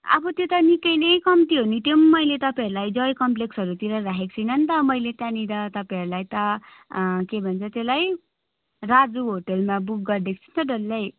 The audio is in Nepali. अब त्यो त निकै नै कम्ती हो नि त्यो पनि मैले तपाईँहरूलाई जय कम्पलेक्सहरूतिर राखेको छुइनँ नि त मैले त्यहाँनिर तपाईँहरूलाई त के भन्छ त्यसलाई राजु होटेलमा बुक गरिदिएको छु नि त डल्लै